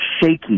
shaky